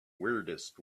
weirdest